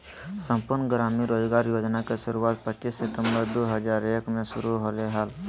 संपूर्ण ग्रामीण रोजगार योजना के शुरुआत पच्चीस सितंबर दु हज़ार एक मे शुरू होलय हल